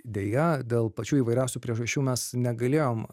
deja dėl pačių įvairiausių priežasčių mes negalėjom